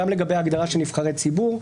גם לגבי ההגדרה של נבחרי ציבור,